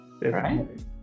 Right